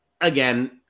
again